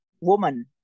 woman